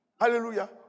Hallelujah